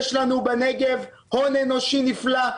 יש לנו בנגב הון אנושי נפלא,